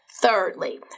Thirdly